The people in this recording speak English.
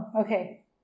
Okay